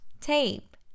tape